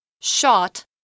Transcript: Shot